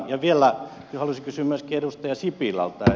ja vielä haluaisin kysyä myöskin edustaja sipilältä